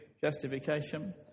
justification